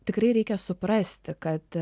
tikrai reikia suprasti kad